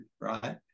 right